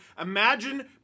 Imagine